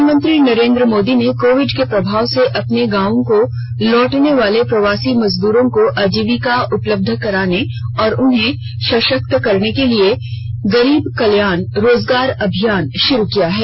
प्रधानमंत्री नरेन्द्र मोदी ने कोविड के प्रभाव से अपने गांवों को लौटने वाले प्रवासी मजदूरों को आजीविका उपलब्ध कराने और उन्हें सशक्त करने के लिए गरीब कल्याण रोजगार अभियान शुरू किया है